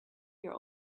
your